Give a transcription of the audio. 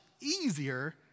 easier